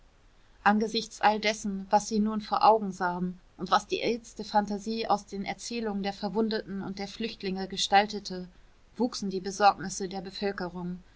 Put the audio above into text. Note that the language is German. angesichts all dessen was sie nun vor augen sahen und was die erhitzte phantasie aus den erzählungen der verwundeten und der flüchtlinge gestaltete wuchsen die besorgnisse der bevölkerung